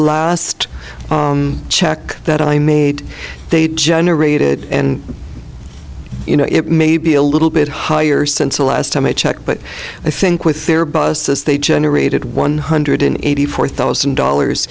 last check that i made they generated and you know it may be a little bit higher since the last time i checked but i think with their buses they generated one hundred eighty four thousand dollars